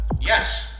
yes